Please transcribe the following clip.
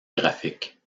graphique